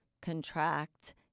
contract